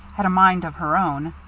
had a mind of her own,